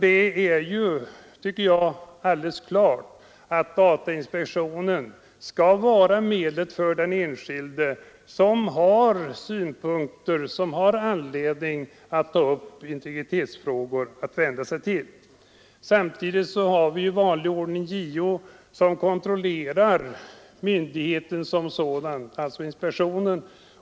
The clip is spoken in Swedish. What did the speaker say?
Det är, tycker jag, alldeles klart att datainspektionen skall vara den instans som den enskilde skall vända sig till när det finns anledning att ta upp integritetsfrågor. Samtidigt har vi ju JO, som i vanlig ordning kontrollerar datainspektionen som myndighet.